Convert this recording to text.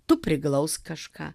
tu priglausk kažką